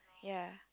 ya